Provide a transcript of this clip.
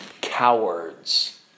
cowards